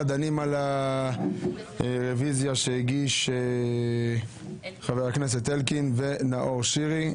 דנים על הרוויזיה שהגישו חברי הכנסת אלקין ונאור שירי.